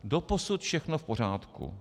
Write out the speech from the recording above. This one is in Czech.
Doposud všechno v pořádku.